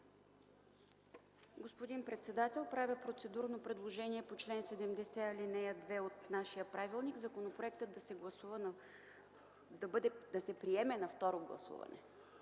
Господин председател, правя процедурно предложение по чл. 70, ал. 2 от нашия правилник законопроектът да се приеме на второ гласуване.